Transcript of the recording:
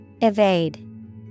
Evade